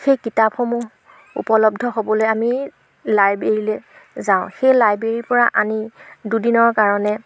সেই কিতাপসমূহ উপলব্ধ হ'বলৈ আমি লাইব্ৰেৰীলৈ যাওঁ সেই লাইব্ৰেৰীৰ পৰা আনি দুদিনৰ কাৰণে